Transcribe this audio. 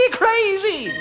crazy